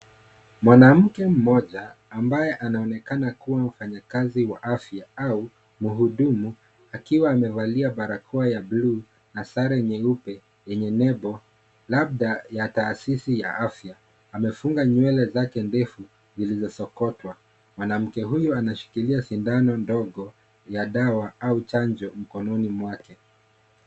Mwanamke mmoja ambaye anaonekana kuwa mfanyakazi wa afya au mhudumu. Akiwa amevalia barakoa ya bluu na sare nyeupe yenye nebo labda ya taasisi ya afya. Amefunga nywele zake ndefu zilizosokotwa. Mwanamke huyo anashikilia sindano ndogo ya dawa au chanjo mkononi mwake.